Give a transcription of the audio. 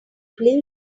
please